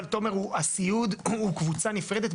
תומר, הסיעוד הוא קבוצה נפרדת.